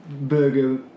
burger